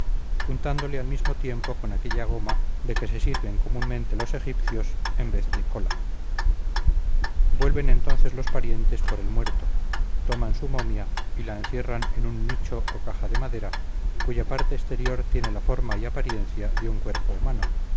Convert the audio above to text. untándole al mismo tiempo con aquella goma de que se sirven comúnmente los egipcios en vez de cola vuelven entonces los parientes por el muerto toman su momia y la encierran en un nicho o caja de madera cuya parte exterior tiene la forma y apariencia de un cuerpo humano